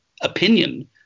opinion